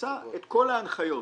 עשה את כל ההנחיות,